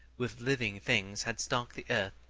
with living things had stocked the earth.